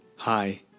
Hi